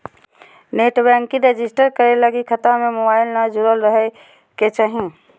net banking register करे लगी खता में मोबाईल न जुरल रहइ के चाही